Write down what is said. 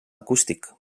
acústic